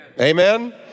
Amen